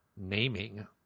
naming